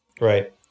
Right